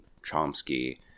Chomsky